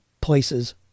places